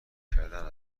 کردن